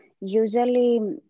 usually